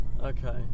Okay